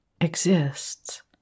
exists